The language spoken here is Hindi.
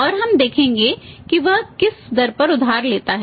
और हम देखेंगे कि वह किस दर पर उधार ले रहा है